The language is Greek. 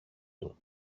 του